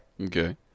Okay